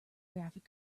graphic